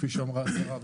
כפי שאמרה השרה,